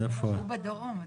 הוא בדרום.